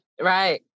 right